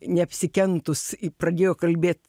neapsikentus i pradėjo kalbėt